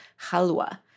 halwa